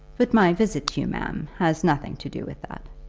but my visit to you, ma'am, has nothing to do with that.